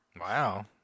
Wow